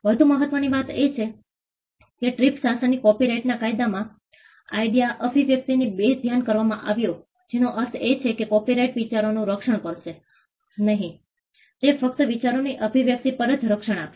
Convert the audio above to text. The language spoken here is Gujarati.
વધુ મહત્વની વાત એ છે કે ટ્રીપ્સ શાસનના કોપિરાઇટના કાયદામાં આઇડિયા અભિવ્યક્તિની બેધ્યાન કરવામાં આવ્યો જેનો અર્થ એ છે કે કોપિરાઇટ વિચારોનું રક્ષણ કરશે નહીં તે ફક્ત વિચારોની અભિવ્યક્તિ પર જ રક્ષણ આપશે